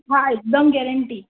हा हिकदमि गैरंटी